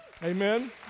Amen